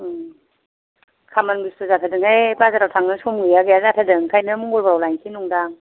उम खामानि बेस्थ जाथारदोंहाय बाजाराव थांनो सम गैया गैया जाथारदों ओंखायनो मंगलबाराव लायनोसै नंदां